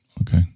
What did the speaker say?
okay